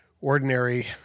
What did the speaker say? ordinary